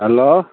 hello